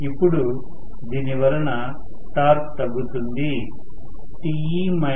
ఇప్పుడు దీనివలన టార్క్ తగ్గుతుంది